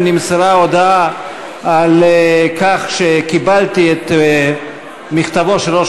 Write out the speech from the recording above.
נמסרה ההודעה על כך שקיבלתי את מכתבו של ראש